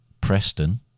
Preston